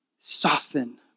soften